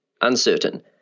uncertain